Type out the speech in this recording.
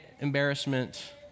embarrassment